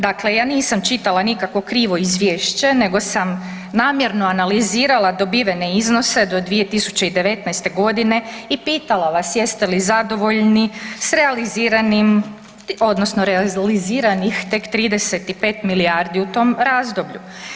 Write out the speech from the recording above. Dakle, ja nisam čitala nikakvo krivo izvješće nego sam namjerno analizirala dobivene iznose do 2019. i pitala vas jeste li zadovoljni s realiziranih, odnosno realiziranih tek 35 milijardi u tom razdoblju.